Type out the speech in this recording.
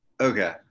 Okay